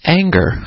anger